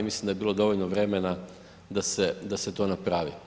Mislim da je bilo dovoljno vremena da se to napravi.